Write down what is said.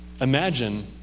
Imagine